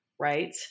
right